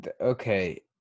Okay